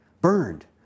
Burned